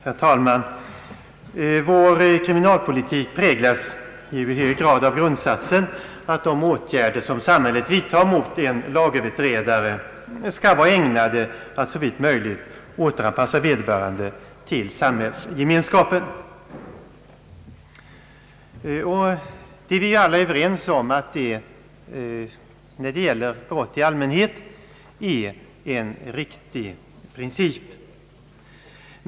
Herr talman! Vår kriminalpolitik präglas i hög grad av grundsatsen att de åtgärder som samhället vidtar mot en lagöverträdare skall vara ägnade att såvitt möjligt återanpassa vederbörande till samhällsgemenskapen. Vi är alla överens om att när det gäller brott i allmänhet detta är en riktig princip.